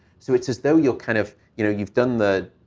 so it's as though you're kind of, you know, you've done the,